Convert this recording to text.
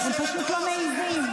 הם פשוט לא מעיזים.